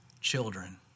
children